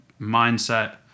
mindset